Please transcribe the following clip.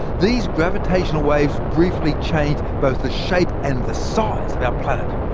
these gravitational waves briefly changed both the shape, and the size, of our planet.